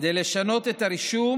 כדי לשנות את הרישום